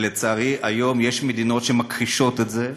לצערי היום יש מדינות שמכחישות את זה,